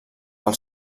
pel